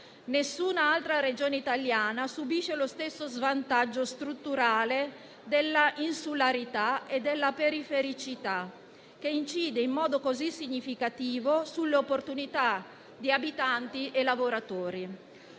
Nessun'altra Regione italiana subisce lo stesso svantaggio strutturale dovuto all'insularità e alla perifericità, che incide in modo significativo sull'opportunità di abitanti e lavoratori.